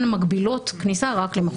מגבילות כניסה רק למחוסנים ומחלימים.